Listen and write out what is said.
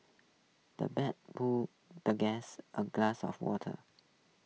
the butler poured the guest A glass of water